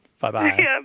Bye-bye